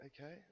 okay